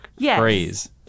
phrase